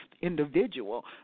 individual